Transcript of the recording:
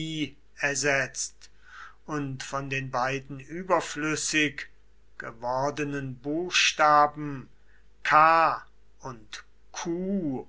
ersetzt und von den beiden überflüssig gewordenen buchstaben k und